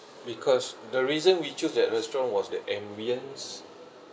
because the reason we choose that restaurant was the ambience